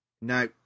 Now